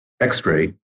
x-ray